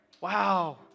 Wow